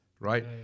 Right